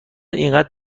اینقدر